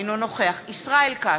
אינו נוכח ישראל כץ,